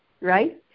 right